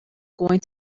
going